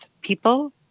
people